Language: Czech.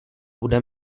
bude